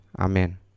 amen